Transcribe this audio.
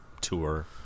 tour